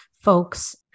folks